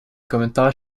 kommentar